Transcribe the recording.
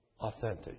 authentic